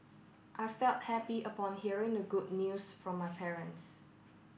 I felt happy upon hearing the good news from my parents